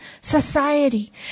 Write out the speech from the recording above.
society